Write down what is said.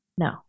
No